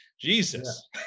jesus